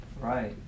Right